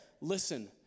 Listen